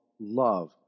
love